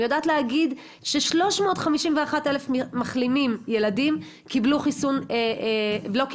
היא יודעת להגיד ש-351 אלף ילדים מחלימים לא קיבלו חיסון ראשון,